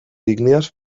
ígnies